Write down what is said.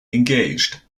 engaged